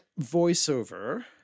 voiceover